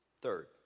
Third